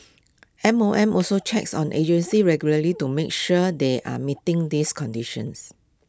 M O M also checks on agencies regularly to make sure they are meeting these conditions